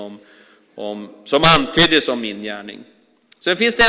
Det finns andra stora skillnader mellan mig och Lars Johansson.